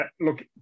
Look